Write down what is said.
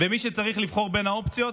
ומי שצריך לבחור בין האופציות